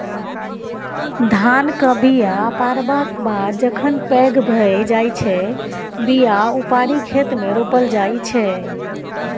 धानक बीया पारबक बाद जखन पैघ भए जाइ छै बीया उपारि खेतमे रोपल जाइ छै